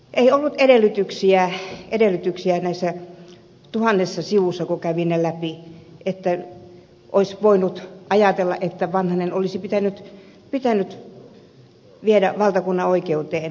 ei ollut edellytyksiä näissä tuhannessa sivussa kun kävi ne läpi että olisi voinut ajatella että vanhanen olisi pitänyt viedä valtakunnanoikeuteen